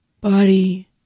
Body